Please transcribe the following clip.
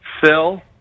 Phil